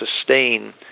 sustain